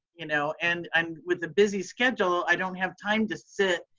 you know and i'm with a busy schedule. i don't have time to sit,